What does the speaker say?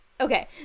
Okay